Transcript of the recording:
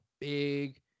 big